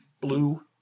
Blue